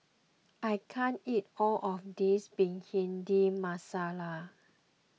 I can't eat all of this Bhindi Masala